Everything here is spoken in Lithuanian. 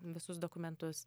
visus dokumentus